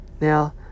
Now